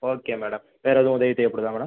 okay madam வேற எதுவும் உதவி தேவைப்படுதா மேடம்